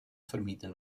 vermieden